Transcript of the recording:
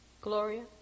Gloria